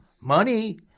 money